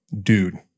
dude